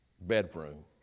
bedroom